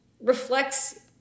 reflects